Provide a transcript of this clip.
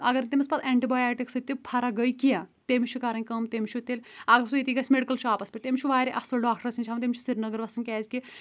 اگر تٔمِس پتہٕ اینٹِبیاٹِک سۭتۍ تہِ فرق گے کیٚنٛہہ تٔمِس چُھ کَرٕنۍ کٲم تٔمِس چھُ تیٚلہِ اگر سُہ ییٚتی گَژِھ مٮ۪ڈِکَل شاپَس پٮ۪ٹھ أمِس چھُ واریاہ اصٕل ڈاکٹرَس نِش ہاوُن تٔمِس چھُ سِرینگر وَسُن کیازکہِ